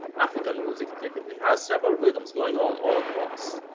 african music typically has several rhythms going on all at once,